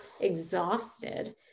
exhausted